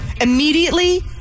immediately